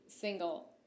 single